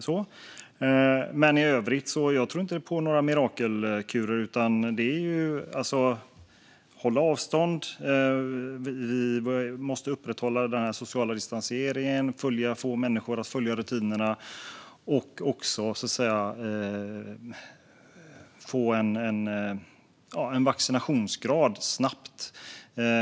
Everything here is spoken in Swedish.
I övrigt tror jag inte på några mirakelkurer, utan det gäller att hålla avstånd, upprätthålla den sociala distanseringen, få människor att följa rutinerna och få upp vaccinationsgraden snabbt.